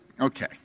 okay